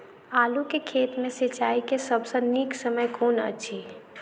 आलु केँ खेत मे सिंचाई केँ सबसँ नीक समय कुन अछि?